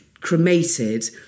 cremated